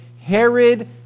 Herod